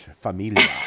familia